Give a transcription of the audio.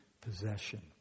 possession